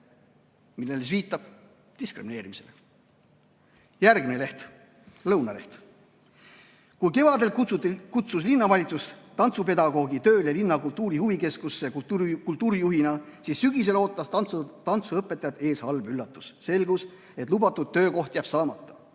Millele see viitab? Diskrimineerimisele. Järgmine leht, Lõunaleht: kui kevadel kutsus linnavalitsus tantsupedagoogi tööle linna kultuuri-huvikeskusse kultuurijuhina, siis sügisel ootas tantsuõpetajat ees halb üllatus – selgus, et lubatud töökoht jääb saamata.